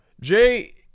Jay